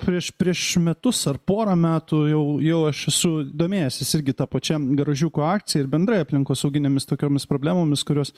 prieš prieš metus ar porą metų jau jau aš esu domėjęsis irgi ta pačia garažiukų akcija ir bendrai aplinkosauginėmis tokiomis problemomis kurios